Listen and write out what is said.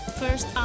first